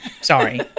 Sorry